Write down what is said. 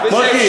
מוטי,